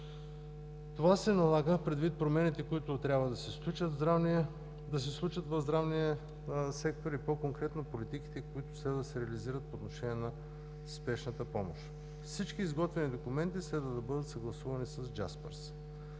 Това се налага предвид промените, които трябва да се случат в здравния сектор, и по-конкретно политиките, които следва да се реализират по отношение на спешната помощ. Всички изготвени документи следва да бъдат съгласувани с